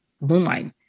moonlight